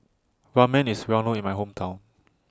Ramen IS Well known in My Hometown